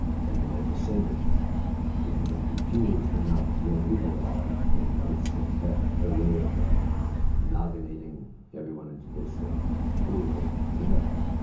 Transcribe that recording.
and their descendants will become confused and not know who they are, and it's a way of ah amalgamating everyone into this ah pool of america.